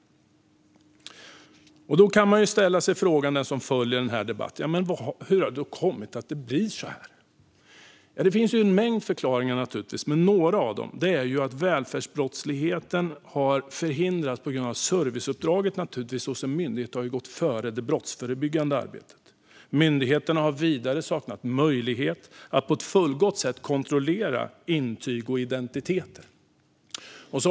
Den som följer debatten kan ställa sig frågan hur det har kommit att bli så här. Det finns naturligtvis en mängd förklaringar, men några av dem är att åtgärder mot välfärdsbrottsligheten har förhindrats på grund av att myndigheternas serviceuppdrag har gått före det brottsförebyggande arbetet. Myndigheterna har vidare saknat möjlighet att på ett fullgott sätt kontrollera intyg och identiteter.